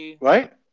Right